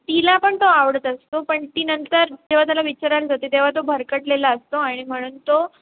तिला पण तो आवडत असतो पण ती नंतर जेव्हा त्याला विचारायला जाते तेव्हा तो भरकटलेला असतो आणि म्हणून तो